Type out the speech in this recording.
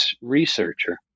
researcher